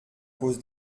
cause